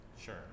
Sure